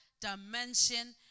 dimension